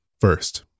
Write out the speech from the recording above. First